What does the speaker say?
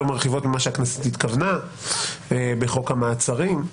מרחיבות ממה שהכנסת התכוונה בחוק המעצרים,